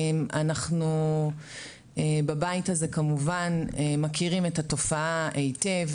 אנחנו בבית הזה כמובן מכירים את התופעה היטב,